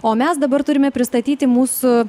o mes dabar turime pristatyti mūsų